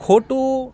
ખોટું